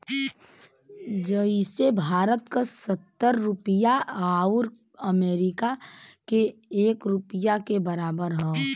जइसे भारत क सत्तर रुपिया आउर अमरीका के एक रुपिया के बराबर हौ